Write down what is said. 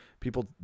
people